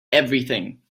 everything